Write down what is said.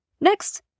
Next